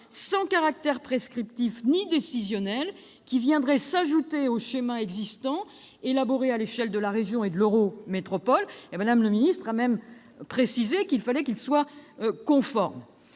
sans caractère prescriptif ni décisionnel qui s'ajouterait aux schémas existants élaborés à l'échelle de la région et de l'eurométropole. Mme la ministre a même précisé qu'il fallait que ce schéma soit « conforme